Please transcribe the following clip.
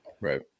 Right